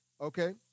Okay